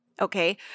Okay